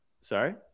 Sorry